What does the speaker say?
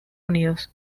unidos